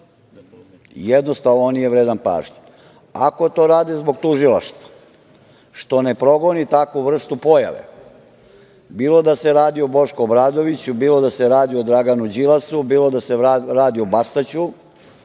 Jednostavno, on nije vredan pažnje. Ako to rade zbog tužilaštva, što ne progoni takvu vrstu pojave, bilo da se radi o Bošku Obradoviću, bilo da se radi o Draganu Đilasu, bilo da se radi o Bastaću,